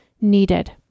needed